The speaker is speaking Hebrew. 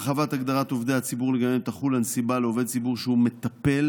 הרחבת הגדרת עובדי הציבור שעליהם תחול הנסיבה לעובד ציבור שהוא "מטפל"